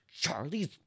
Charlie's